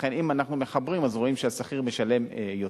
לכן אם אנחנו מחברים אז רואים שהשכיר משלם יותר.